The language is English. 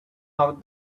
how